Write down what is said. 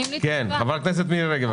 בבקשה, חברת הכנסת מירי רגב.